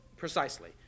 Precisely